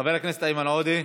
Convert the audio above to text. חבר הכנסת איימן עודה,